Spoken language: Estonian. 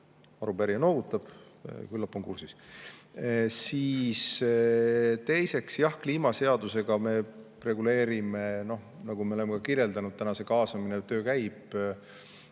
Arupärija noogutab, küllap on kursis. Teiseks, jah, kliimaseadusega me reguleerime – nagu me oleme ka kirjeldanud, täna see kaasamine, töö käib